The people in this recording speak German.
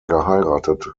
geheiratet